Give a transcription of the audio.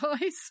boys